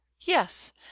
yes